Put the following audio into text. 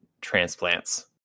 transplants